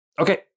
Okay